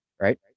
right